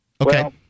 Okay